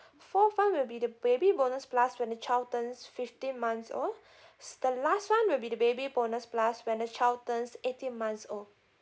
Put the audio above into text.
fourth one will be the baby bonus plus when the child turns fifteen months old the last one will be the baby bonus plus when the child turns eighteen months old